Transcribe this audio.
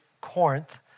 Corinth